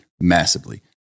massively